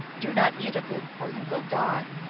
do not eat of it, or you will die.